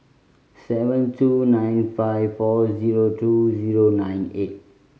seven two nine five four zero two zero nine eight